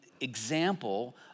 example